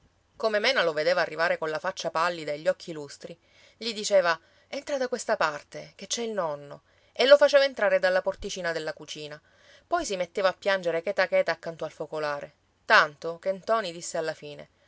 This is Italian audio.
come mena lo vedeva arrivare colla faccia pallida e gli occhi lustri gli diceva entra da questa parte che ci è il nonno e lo faceva entrare dalla porticina della cucina poi si metteva a piangere cheta cheta accanto al focolare tanto che ntoni disse alla fine